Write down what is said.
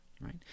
right